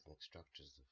structures